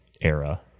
era